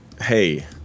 hey